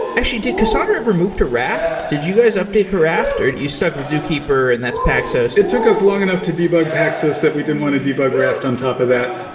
actually, did cassandra ever move to raft? did you guys update to raft or you stuck with zookeeper, and that's paxos? it took us long enough to debug paxos that we didn't want to debug raft on top of that.